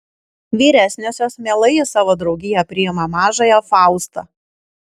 vyresniosios mielai į savo draugiją priima mažąją faustą